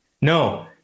No